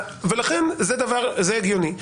לכן זה הגיוני.